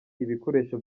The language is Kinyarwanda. ibikoresho